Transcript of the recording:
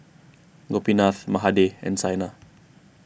Gopinath Mahade and Saina